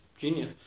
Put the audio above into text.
genius